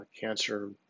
Cancer